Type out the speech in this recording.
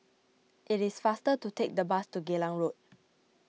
it is faster to take the bus to Geylang Road